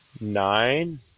nine